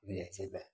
बुझाइ छै वएह